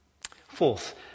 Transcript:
Fourth